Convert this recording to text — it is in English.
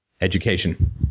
education